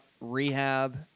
rehab